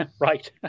right